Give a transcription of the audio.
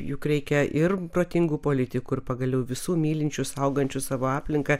juk reikia ir protingų politikų ir pagaliau visų mylinčių saugančių savo aplinką